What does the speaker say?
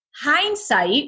Hindsight